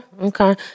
Okay